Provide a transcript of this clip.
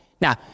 Now